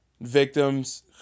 victims